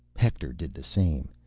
hector did the same,